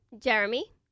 Jeremy